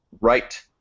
right